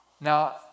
Now